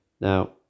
Now